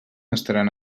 estaran